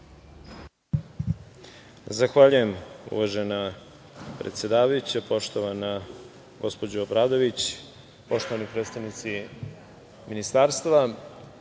Zahvaljujem, uvažena predsedavajuća. Poštovana gospođo Obradović, poštovani predstavnici ministarstva,